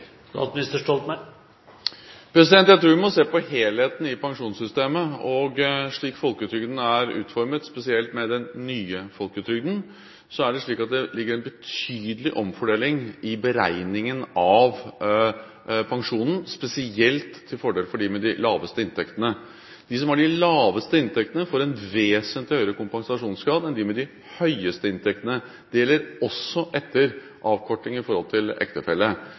Jeg tror vi må se på helheten i pensjonssystemet. Slik folketrygden er utformet, spesielt den nye folketrygden, ligger det en betydelig omfordeling i beregningen av pensjonen, spesielt til fordel for dem med de laveste inntektene. De som har de laveste inntektene, får en vesentlig høyere kompensasjonsgrad enn dem med de høyeste inntektene; det gjelder også etter avkorting i forhold til ektefelle.